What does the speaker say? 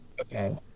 Okay